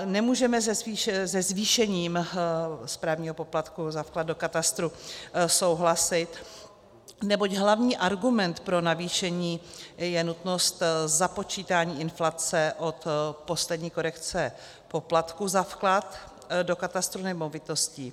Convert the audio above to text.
Nemůžeme se zvýšením správního poplatku za vklad do katastru souhlasit, neboť hlavní argument pro navýšení je nutnost započítání inflace od poslední korekce poplatku za vklad do katastru nemovitostí.